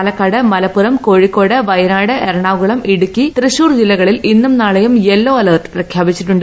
പാലക്കാട് മലപ്പുറം കോഴിക്കോട് വയനാട് എറണാകുളം ഇടുക്കി തൃശൂർ ജില്ലകളിൽ ഇന്നും നാളെയും യെല്ലോ അലർട്ട് പ്രഖ്യാപിച്ചിട്ടുണ്ട്